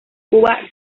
cuba